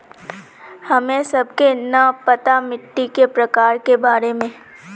हमें सबके न पता मिट्टी के प्रकार के बारे में?